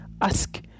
Ask